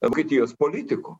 vokietijos politikų